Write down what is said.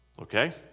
Okay